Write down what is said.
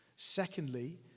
Secondly